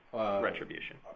retribution